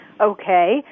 Okay